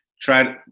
try